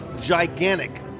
gigantic